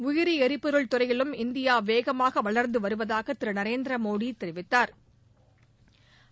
உயிரி எரிபொருள் துறையிலும் இந்தியா வேகமாக வளா்ந்து வருவதாக திரு நரேந்திர மோடி தெரிவித்தாா்